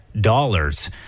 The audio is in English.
dollars